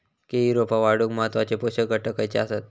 केळी रोपा वाढूक महत्वाचे पोषक घटक खयचे आसत?